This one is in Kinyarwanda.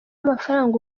amafaranga